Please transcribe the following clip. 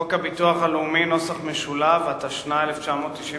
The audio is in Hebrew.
חוק הביטוח הלאומי , התשנ"ה 1995,